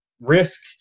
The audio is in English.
risk